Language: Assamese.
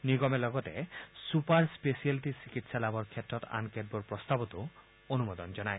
নিগমে লগতে ছুপাৰ স্পেচিয়েলিটী চিকিৎসা লাভৰ ক্ষেত্ৰত আন কেতবোৰ প্ৰস্তাৱতো অনুমোদন জনায়